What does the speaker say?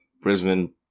Brisbane